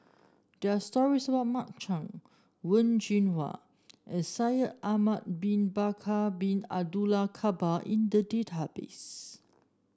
there are stories about Mark Chan Wen Jinhua and Shaikh Ahmad Bin Bakar Bin Abdullah Jabbar in the database